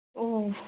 ᱚᱻ